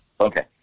Okay